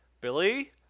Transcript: Billy